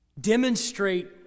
demonstrate